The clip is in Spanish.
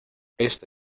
esta